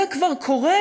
זה כבר קורה,